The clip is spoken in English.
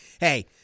hey